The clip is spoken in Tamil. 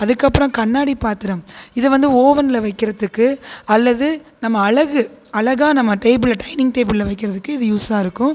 அதுக்கப்புறம் கண்ணாடி பாத்திரம் இதுவந்து ஓவெனில் வைக்கிறதுக்கு அல்லது நாம அழகு அழகாக நாம டேபிளில் டைனிங் டேபிளில் வைக்கிறதுக்கு இது யூஸ்ஸா இருக்கும்